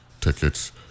tickets